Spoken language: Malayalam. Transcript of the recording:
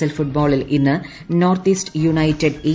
എൽ ഫുട്ബോളിൽ ഇന്ന് നോർത്ത് ഈസ്റ്റ് യുണൈറ്റഡ് എ